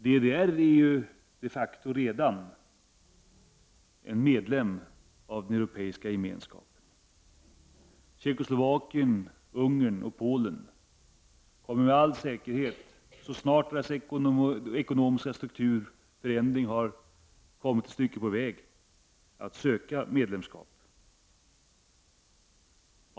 DDR är de facto redan en medlem av den Europeiska gemenskapen. Tjeckoslovakien, Ungern och Polen kommer med all säkerhet, så snart deras ekonomiska strukturförändring har kommit ett stycket på väg, att söka medlemskap.